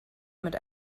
mit